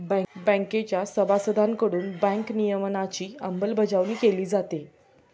बँकेच्या सभासदांकडून बँक नियमनाची अंमलबजावणी केली जाते